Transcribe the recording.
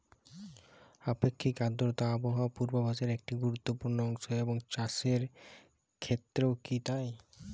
আপেক্ষিক আর্দ্রতা আবহাওয়া পূর্বভাসে একটি গুরুত্বপূর্ণ অংশ এবং চাষের ক্ষেত্রেও কি তাই?